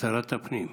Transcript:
שרת הפנים.